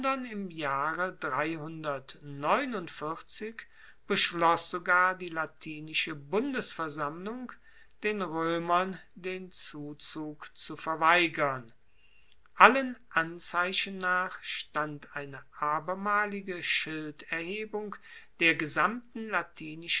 im jahre beschloss sogar die latinische bundesversammlung den roemern den zuzug zu verweigern allen anzeichen nach stand eine abermalige schilderhebung der gesamten